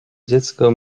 dziecko